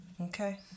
Okay